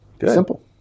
Simple